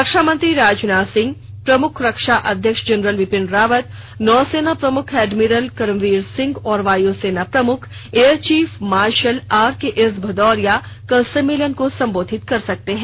रक्षामंत्री राजनाथ सिंह प्रमुख रक्षा अध्यक्ष जनरल बिपिन रावत नौसेना प्रमुख एडमिरल करमबीर सिंह और वायु सेना प्रमुख air chief marshal RKS Bhadauria कल सम्मेलन र्को संबोधित कर सकते हैं